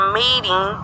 meeting